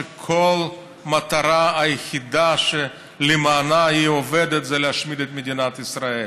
שכול המטרה היחידה שלמענה היא עובדת זה להשמיד את מדינת ישראל,